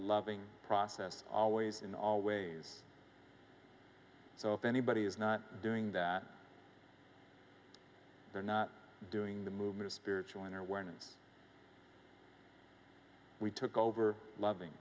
loving process always in all ways so if anybody is not doing that they're not doing the movement of spiritual inner weren't we took over loving